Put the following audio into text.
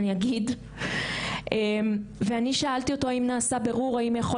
אני שאלתי אותו האם נעשה בירור והאם יכול